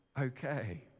okay